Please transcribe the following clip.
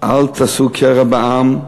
אל תעשו קרע בעם.